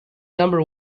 number